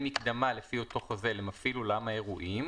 מקדמה לפי אותו חוזה למפעיל אולם האירועים,"